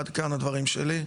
עד כאן הדברים שלי.